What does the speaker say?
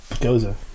Goza